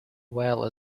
while